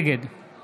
נגד